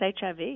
HIV